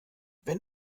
wenn